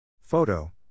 Photo